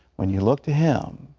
when you look to him,